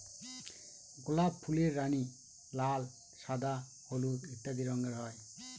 গোলাপ ফুলের রানী, লাল, সাদা, হলুদ ইত্যাদি রঙের হয়